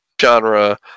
genre